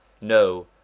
No